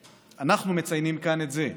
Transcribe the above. אנחנו מציינים כאן את זה,